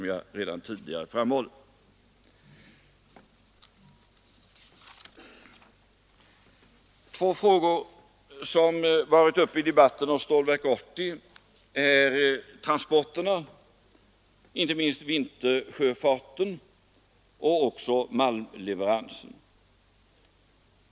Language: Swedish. Två andra frågor som har varit uppe i debatten om Stålverk 80 är transporterna, speciellt vintersjöfarten, och malmleveransen.